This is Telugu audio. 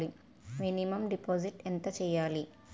మినిమం డిపాజిట్ ఎంత చెయ్యాలి?